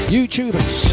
YouTubers